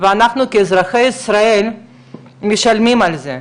ואנחנו כאזרחי ישראל משלמים על זה,